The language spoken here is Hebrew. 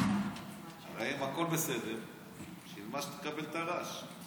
הרי אם הכול בסדר, בשביל מה שתקבל טר"ש?